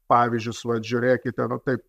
pavyzdžius vat žiūrėkite nu taip